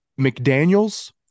McDaniels